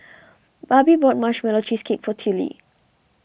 Barbie bought Marshmallow Cheesecake for Tillie